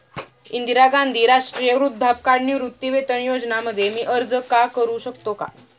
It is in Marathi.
इंदिरा गांधी राष्ट्रीय वृद्धापकाळ निवृत्तीवेतन योजना मध्ये मी अर्ज का करू शकतो का?